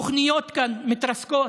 תוכניות כאן מתרסקות,